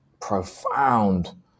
profound